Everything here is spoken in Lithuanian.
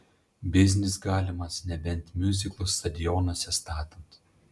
biznis galimas nebent miuziklus stadionuose statant